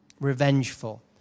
Revengeful